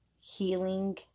healing